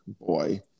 boy